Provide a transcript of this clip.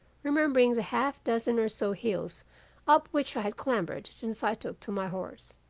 remembering the half dozen or so hills up which i had clambered since i took to my horse.